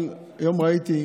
היום ראיתי,